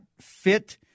fit